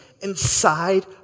inside